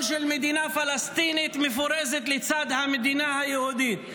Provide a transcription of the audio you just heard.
של מדינה פלסטינית מפורזת לצד המדינה היהודית.